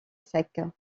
sec